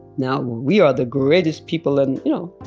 now we are the greatest people in no.